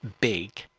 big